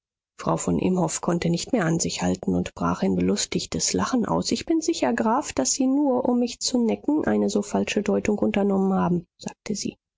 frau von imhoff konnte nicht mehr an sich halten und brach in belustigtes lachen aus ich bin sicher graf daß sie nur um mich zu necken eine so falsche deutung unternommen haben sagte sie